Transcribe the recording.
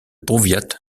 powiat